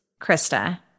Krista